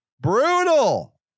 brutal